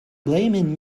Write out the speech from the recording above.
blaming